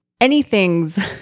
anythings